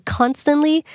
constantly